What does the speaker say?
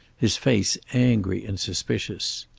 his face angry and suspicious.